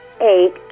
eight